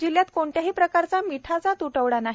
जिल्ह्यात कोणत्याही प्रकारचा मिठाचा त्टवडा नाही